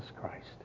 Christ